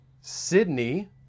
Sydney